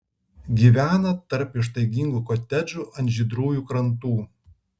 gyvena tarp ištaigingų kotedžų ant žydrųjų krantų